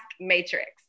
matrix